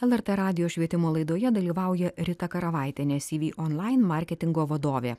lrt radijo švietimo laidoje dalyvauja rita karavaitienė cv onlain marketingo vadovė